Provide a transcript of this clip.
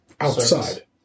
outside